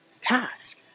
task